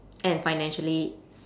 and financially